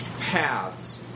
paths